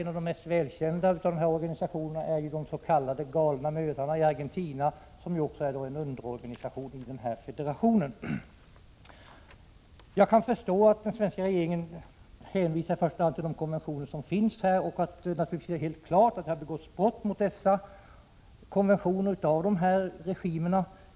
En av de mest välkända av underorganisationerna till federationen är de s.k. galna mödrarna i Argentina. Jag kan förstå att den svenska regeringen i första hand hänvisar till de konventioner som finns och till att det är helt klart att olika regimer har begått brott mot dessa.